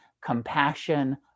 compassion